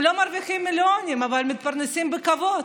הם לא מרוויחים מיליונים אבל מתפרנסים בכבוד.